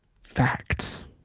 facts